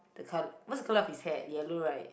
the col~ what's the color of his hair yellow right